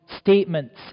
statements